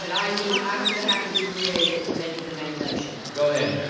but i need, i'm gonna have to recreate it to make it the main motion now. go ahead,